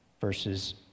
verses